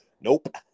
Nope